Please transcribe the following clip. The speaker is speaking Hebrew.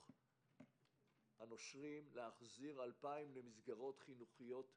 מהנושרים, למסגרות חינוכיות שונות.